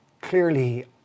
clearly